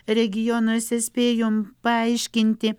regionuose spėjom paaiškinti